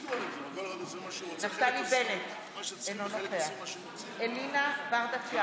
שתוצאותיה היו התייקרותו הסופית של הטיפול